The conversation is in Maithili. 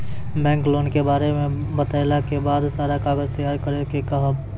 बैंक लोन के बारे मे बतेला के बाद सारा कागज तैयार करे के कहब?